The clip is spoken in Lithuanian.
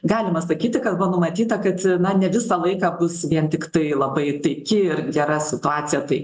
galima sakyti kad buvo numatyta kad na ne visą laiką bus vien tiktai labai taiki ir gera situacija tai